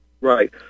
Right